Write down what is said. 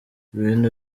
ibintu